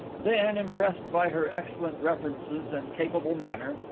then, impressed by her excellent references and capable manner,